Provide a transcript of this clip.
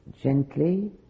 gently